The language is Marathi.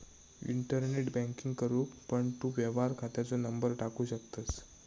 इंटरनेट बॅन्किंग करूक पण तू व्यवहार खात्याचो नंबर टाकू शकतंस